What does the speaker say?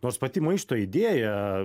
nors pati maišto idėja